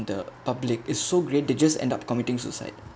the public is so great they just end up committing suicide